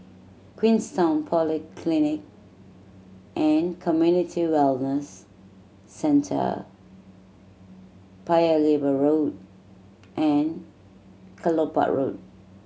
Queenstown Polyclinic and Community Wellness Centre Paya Lebar Road and Kelopak Road